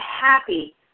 happy